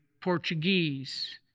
Portuguese